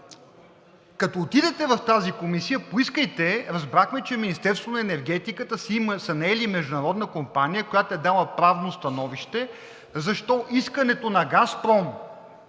като отидете в тази комисия, поискайте – разбрахме, че Министерството на енергетиката са наели международна компания, която е дала правно становище защо искането на „Газпром“